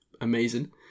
Amazing